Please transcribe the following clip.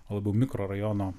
o mikrorajono